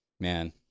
Man